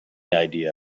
idea